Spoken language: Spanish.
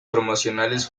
promocionales